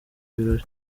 birori